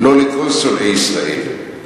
לא לכל שונאי ישראל.